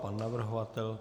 Pan navrhovatel?